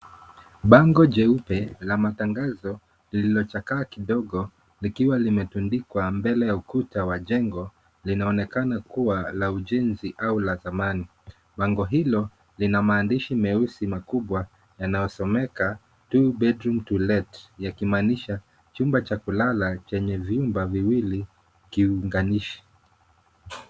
Bango jeupe la matangazo lililochakaa kidogo likiwa limetundikwa mbele ya ukuta wa jengo linaonekana kuwa ujenzi au la zamani. Bango hilo lina maandishi meusi makubwa yanaosomeka TWO BEDROOM TO LET yakimaanisha chumba cha kulala chenye vyumba viwili kiunganishi.